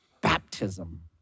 Baptism